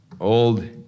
old